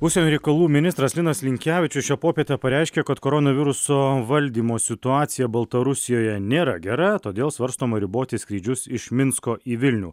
užsienio reikalų ministras linas linkevičius šią popietę pareiškė kad koronaviruso valdymo situacija baltarusijoje nėra gera todėl svarstoma riboti skrydžius iš minsko į vilnių